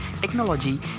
technology